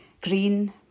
green